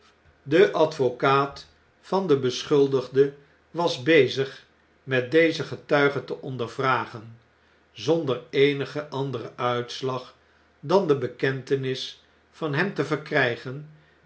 de advocaat van den beschuldigde was bezig met dezen getuige te ondervragen zonder eenigen anderen uitslag dan de bekentenis van hem te verkrijgen